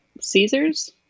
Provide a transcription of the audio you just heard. Caesars